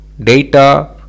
data